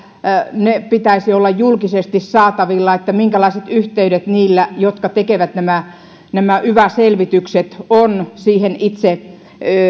pitäisi olla julkisesti saatavilla minkälaiset yhteydet niillä jotka tekevät nämä nämä yva selvitykset on siihen itse